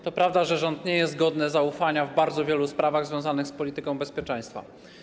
To prawda, że rząd nie jest godny zaufania w bardzo wielu sprawach związanych z polityką bezpieczeństwa.